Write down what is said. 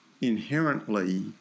inherently